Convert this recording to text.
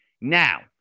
Now